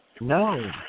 No